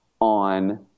on